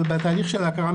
אבל בתהליך של ההכרה,